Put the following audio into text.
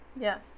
Yes